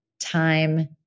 time